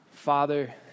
Father